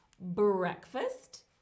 breakfast